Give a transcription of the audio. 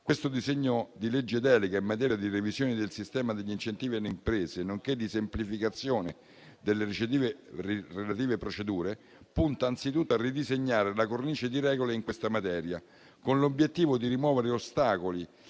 Questo disegno di legge delega in materia di revisione del sistema degli incentivi alle imprese, nonché di semplificazione delle relative procedure, punta anzitutto a ridisegnare la cornice di regole in questa materia, con l'obiettivo di rimuovere gli ostacoli